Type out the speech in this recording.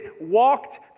walked